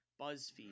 BuzzFeed